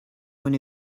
when